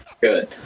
good